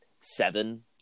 seven